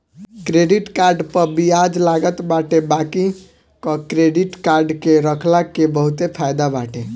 credit card पअ बियाज लागत बाटे बाकी क्क्रेडिट कार्ड के रखला के बहुते फायदा बाटे